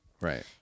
Right